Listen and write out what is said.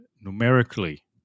numerically